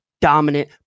dominant